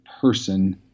person